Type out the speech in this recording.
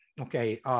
okay